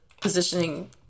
positioning